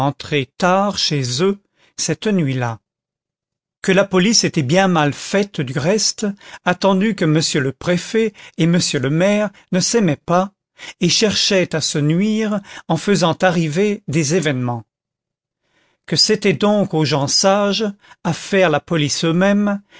rentrer tard chez eux cette nuit-là que la police était bien mal faite du reste attendu que m le préfet et m le maire ne s'aimaient pas et cherchaient à se nuire en faisant arriver des événements que c'était donc aux gens sages à faire la police eux-mêmes